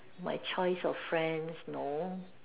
my choice of friends no